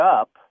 up